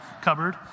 cupboard